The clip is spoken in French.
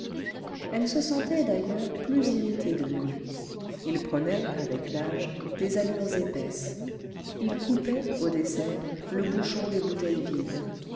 elle se sentait d'ailleurs plus irritée de lui il prenait avec l'âge des allures épaisses il coupait au dessert le bouchon des bouteilles vides